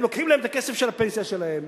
הם לוקחים להם את הכסף של הפנסיה שלהם,